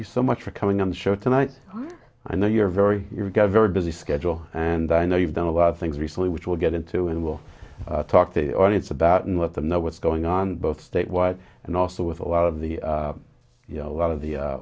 you so much for coming on the show tonight i know you're very you've got very busy schedule and i know you've done a lot of things recently which will get into and will talk to the audience about and let them know what's going on both statewide and also with a lot of the you know a lot of the